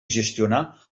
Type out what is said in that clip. gestionar